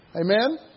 Amen